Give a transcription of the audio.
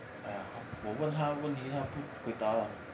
!aiya! 我问他问题他不回答 lah